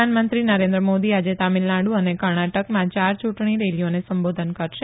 પ્રધાનમંત્રી નરેન્દ્ર મોદી આજે તમિલનાડુ અને કર્ણાટકમાં યાર ચુંટણી રેલીઓને સંબોધન કરશે